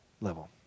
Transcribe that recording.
level